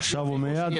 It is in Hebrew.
אתה אומר עכשיו ומיד?